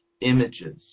images